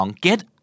get